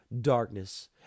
darkness